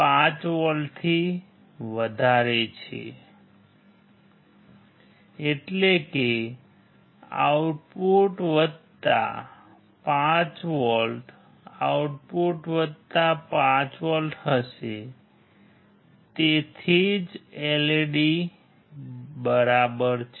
5 વોલ્ટથી વધારે છે એટલે કે આઉટપુટ વત્તા 5V આઉટપુટ વત્તા 5 વોલ્ટ હશે તેથી જ LED બરાબર છે